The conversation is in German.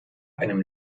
einem